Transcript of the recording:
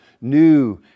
new